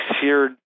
seared